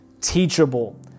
teachable